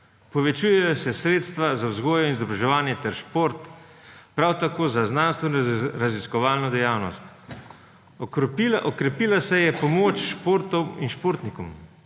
povečujejo se sredstva za vzgojo in izobraževanje ter šport, prav tako za znanstveno raziskovalno dejavnost, okrepila se je pomoč športu in športnikom,